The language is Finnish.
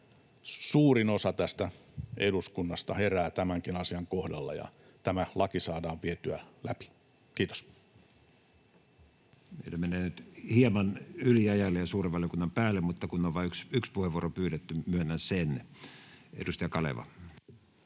suurin osa tästä eduskunnasta herää tämänkin asian kohdalla ja tämä laki saadaan vietyä läpi. — Kiitos. Meillä menee nyt hieman yliajalle ja suuren valiokunnan päälle, mutta kun on vain yksi puheenvuoro pyydetty, myönnän sen. — Edustaja Kaleva.